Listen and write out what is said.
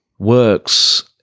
works